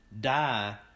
die